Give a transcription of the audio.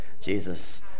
Jesus